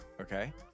Okay